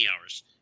hours